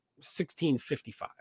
1655